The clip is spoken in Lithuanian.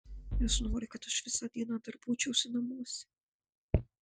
jis nori kad aš visą dieną darbuočiausi namuose